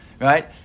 right